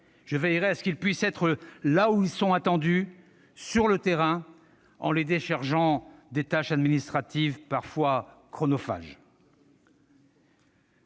Je veillerai à ce qu'ils puissent être là où ils sont attendus, sur le terrain, en les déchargeant de tâches administratives, parfois chronophages.